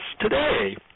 today